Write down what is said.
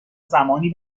زمانی